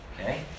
Okay